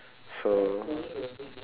so